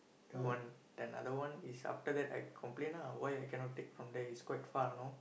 the one then other one is after that I complain lah why I cannot take from there is quite far you know